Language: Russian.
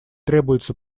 требуется